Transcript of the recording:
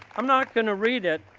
i'm not gonna read it,